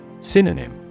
Synonym